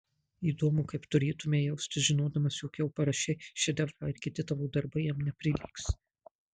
įdomu kaip turėtumei jaustis žinodamas jog jau parašei šedevrą ir kiti tavo darbai jam neprilygs